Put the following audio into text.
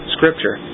Scripture